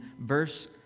verse